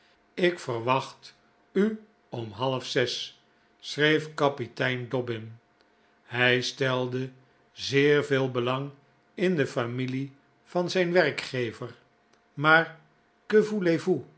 ik verwacht u om half zes schreef kapitein dobbin hij stelde zeer veel belang in de familie van zijn werkgever maar